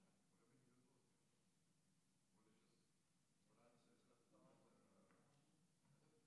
כדי שיהיה משתלם לפתוח עסק במדינת